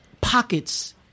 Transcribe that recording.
pockets